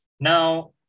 Now